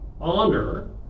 Honor